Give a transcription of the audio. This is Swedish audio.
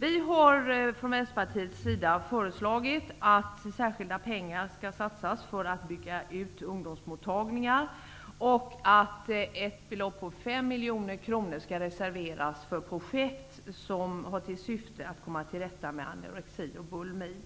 Vi från Vänsterpartiet har föreslagit att särskilda pengar skall satsas för att bygga ut ungdomsmottagningar och att ett belopp på 5 miljoner kronor skall reserveras för projekt som har till syfte att komma till rätta med anorexi och bulimi.